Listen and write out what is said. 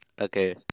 Okay